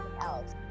else